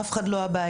אף אחד לא הבעיה.